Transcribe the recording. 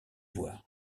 voir